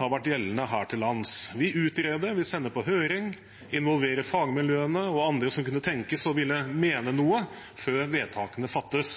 har vært gjeldende her til lands. Vi utreder, vi sender på høring, og vi involverer fagmiljøene og andre som kunne tenkes å ville mene noe, før vedtakene fattes.